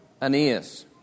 Aeneas